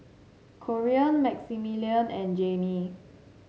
Corean Maximilian and Jaimee